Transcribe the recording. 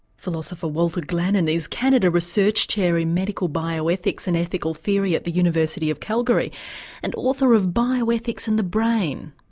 philosopher walter glannon is canada research chair in medical bioethics and ethical theory at the university of calgary and author of bioethics and the brain.